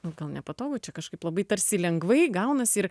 nu gal nepatogu čia kažkaip labai tarsi lengvai gaunasi ir